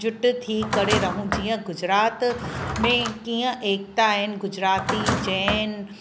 जुट थी करे रहू जीअं गुजरात में कीअं एकता आहिनि गुजराती जैन